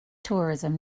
tourism